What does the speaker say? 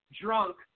drunk